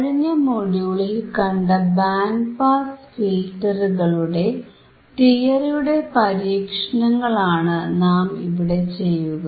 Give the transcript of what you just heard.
കഴിഞ്ഞ മൊഡ്യൂളിൽ കണ്ട ബാൻഡ് പാസ് ഫിൽറ്ററുകളുടെ തിയറിയുടെ പരീക്ഷണങ്ങളാണ് നാം ഇവിടെ ചെയ്യുക